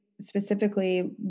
specifically